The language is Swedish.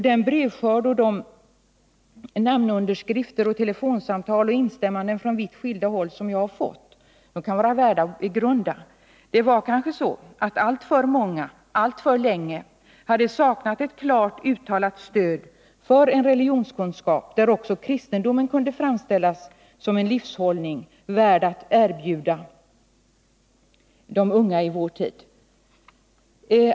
Den brevskörd, de namnunderskrifter, telefonsamtal och instämmanden från vitt skilda håll som jag har fått kan vara värda att begrunda. Kanske hade alltför många alltför länge saknat ett klart uttalat stöd för en religionskunskap, där också kristendomen kunde framställas som en livshållning värd att erbjuda de unga i vår tid.